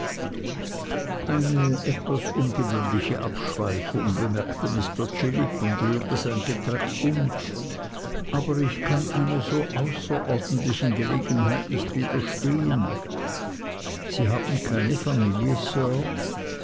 eine etwas ungewöhnliche abschweifung bemerkte mr chillip und rührte sein getränk um aber ich kann einer so außerordentlichen gelegenheit nicht widerstehen sie haben keine familie sir